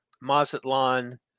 Mazatlan